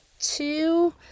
two